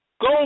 Go